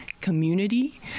community